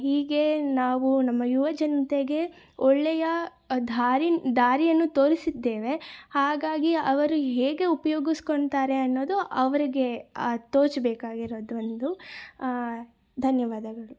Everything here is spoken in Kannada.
ಹೀಗೆ ನಾವು ನಮ್ಮ ಯುವ ಜನತೆಗೆ ಒಳ್ಳೆಯ ದಾರಿ ದಾರಿಯನ್ನು ತೋರಿಸಿದ್ದೇವೆ ಹಾಗಾಗಿ ಅವರು ಹೇಗೆ ಉಪಯೋಗಿಸ್ಕೊತಾರೆ ಅನ್ನೋದು ಅವರಿಗೆ ತೋಚಬೇಕಾಗಿರೋದು ಒಂದು ಧನ್ಯವಾದಗಳು